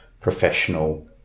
professional